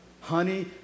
Honey